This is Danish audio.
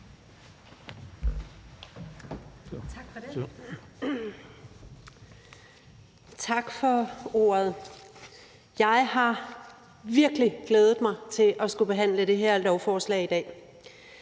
Tak for ordet. Jeg har virkelig glædet mig til at skulle behandle det her lovforslag i dag.